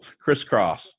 Crisscross